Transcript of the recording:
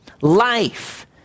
life